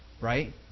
right